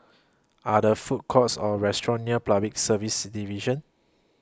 Are There Food Courts Or restaurants near Public Service Division